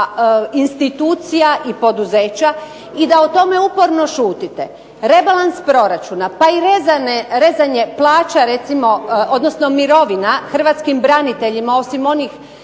institucija i poduzeća i da o tome uporno šutite. Rebalans proračuna, pa i rezanje plaća recimo, odnosno mirovina hrvatskim braniteljima, osim onih